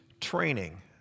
training